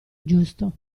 giusto